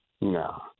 No